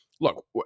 look